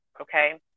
okay